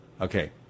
Okay